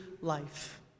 life